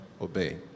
obey